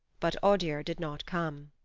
but odur did not come.